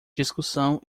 discussão